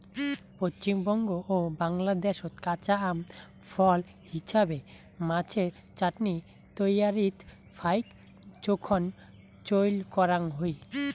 পশ্চিমবঙ্গ ও বাংলাদ্যাশত কাঁচা আম ফল হিছাবে, মাছের চাটনি তৈয়ারীত ফাইক জোখন চইল করাং হই